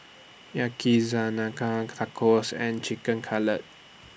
Tacos and Chicken Cutlet